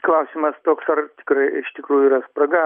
klausimas toks ar tikrai iš tikrųjų yra spraga